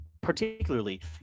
particularly